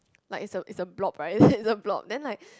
like is a is a blob right it's it's a blob then like